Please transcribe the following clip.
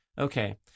okay